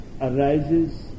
arises